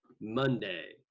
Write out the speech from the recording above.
monday